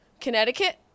Connecticut